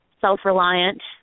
self-reliant